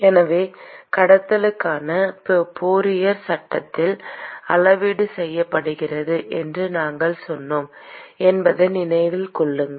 எனவே கடத்துதலுக்காக ஃபோரியர் சட்டத்தால் அளவீடு செய்யப்படுகிறது என்று நாம்சொன்னோம் என்பதை நினைவில் கொள்ளுங்கள்